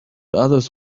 others